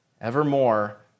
evermore